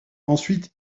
ensuite